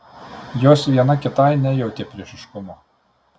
jos viena kitai nejautė priešiškumo